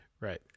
right